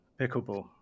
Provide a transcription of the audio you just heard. pickleball